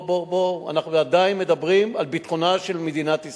אנחנו עדיין מדברים על ביטחונה של מדינת ישראל,